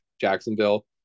Jacksonville